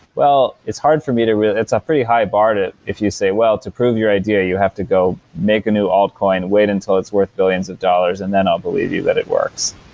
well, it's hard for me to it's a pretty high bar to if you say, well, to prove your idea you have to go make a new old coin. coin. wait until it's worth billions of dollars and then i'll believe you that it works.